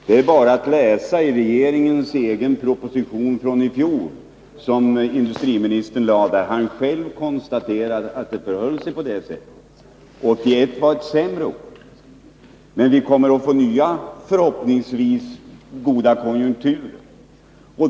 Det är bara att läsa i regeringens egen proposition från i fjol, som industriministern lade fram, och där han själv konstaterar att det förhöll sig på det sättet. 1981 var ett sämre år. Men vi kommer att få nya, förhoppningsvis goda, konjunkturer.